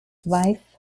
wife